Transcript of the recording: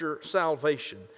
salvation